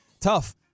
tough